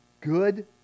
good